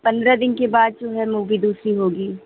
पंद्रह दिन के बाद जो है मूवी दूसरी होगी